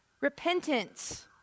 Repentance